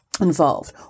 involved